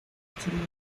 chileno